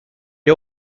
est